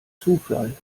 zufall